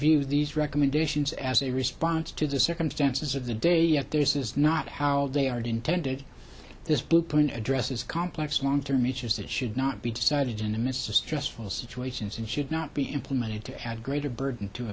view these recommendations as a response to the circumstances of the day yet this is not how they are intended this blueprint addresses complex long term issues that should not be decided in the midst of stressful situations and should not be implemented to have greater burden to